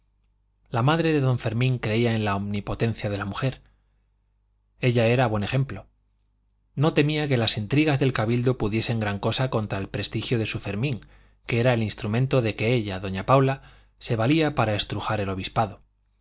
la madre de don fermín creía en la omnipotencia de la mujer ella era buen ejemplo no temía que las intrigas del cabildo pudiesen gran cosa contra el prestigio de su fermín que era el instrumento de que ella doña paula se valía para estrujar el obispado